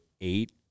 eight